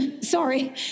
sorry